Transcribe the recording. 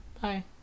Bye